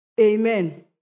amen